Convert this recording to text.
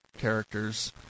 characters